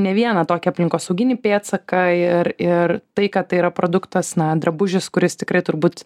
ne vieną tokį aplinkosauginį pėdsaką ir ir tai kad tai yra produktas na drabužis kuris tikrai turbūt